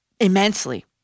immensely